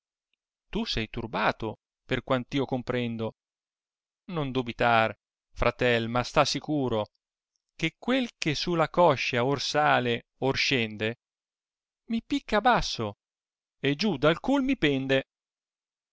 tu sei turbato per quant io comprendo non dubitar fratel ma sta sicuro che quel che su la coscia or sale or scende mi picca a basso e giù dal cui